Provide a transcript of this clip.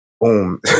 boom